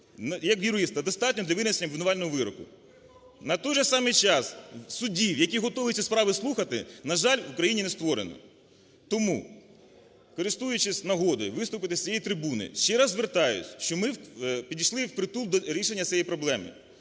як юриста достатньо для винесення обвинувального вироку. На той же самий час судів, які готові ці справи слухати, на жаль, в Україні не створено. Тому, користуючись нагодою виступити з цієї трибуни, ще раз звертаюсь, що ми підійшли впритул до рішення цієї проблеми.